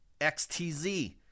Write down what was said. XTZ